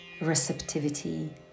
receptivity